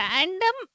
Random